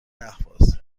اهواز